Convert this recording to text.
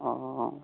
हाँ हाँ हाँ